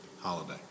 holiday